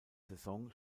saison